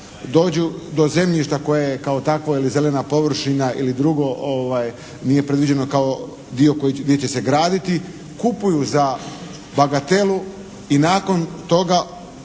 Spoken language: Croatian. dođu do zemljišta koje je kao takvo ili zelena površina ili drugo nije predviđeno kao dio gdje će se graditi, kupuju za bagatelu i nakon toga